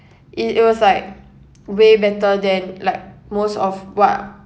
it it was like way better than like most of what